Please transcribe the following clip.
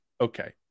okay